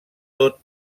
tot